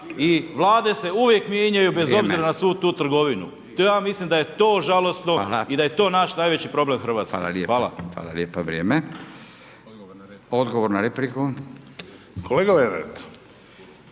i vlade se uvijek mijenjaju bez obzira na svu tu trgovinu. Ja mislim da je to žalosno i da je to naš najveći problem Hrvatske. **Radin, Furio (Nezavisni)** Hvala lijepa, vrijeme. Odgovor na repliku. **Šuker,